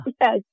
Yes